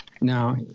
Now